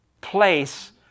place